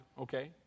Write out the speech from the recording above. okay